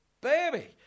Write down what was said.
baby